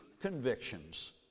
convictions